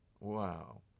Wow